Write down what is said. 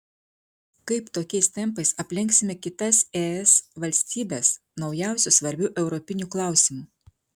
kaip tokiais tempais aplenksime kitas es valstybes naujausiu svarbiu europiniu klausimu